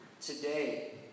Today